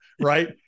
right